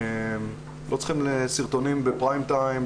לא צריך סרטונים בפריים טיים,